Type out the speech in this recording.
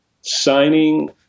signing